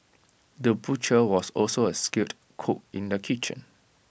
the butcher was also A skilled cook in the kitchen